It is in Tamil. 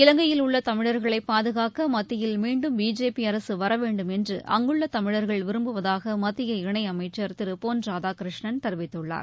இலங்கையில் உள்ள தமிழர்களை பாதுகாக்க மத்தியில் மீண்டும் பிஜேபி அரசு வரவேண்டும் என்று அங்குள்ள தமிழர்கள் விரும்புவதாக மத்திய இணை அமைச்சர் திரு பொள் ராதா கிருஷ்ணன் தெரிவித்துள்ளார்